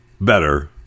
better